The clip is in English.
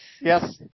Yes